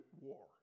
war